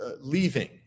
leaving